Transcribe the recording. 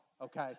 Okay